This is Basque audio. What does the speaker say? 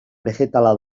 begetala